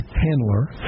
Handler